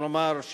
כלומר,